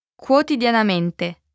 quotidianamente